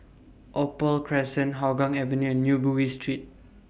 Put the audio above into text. Opal Crescent Hougang Avenue and New Bugis Street